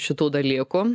šitų dalykų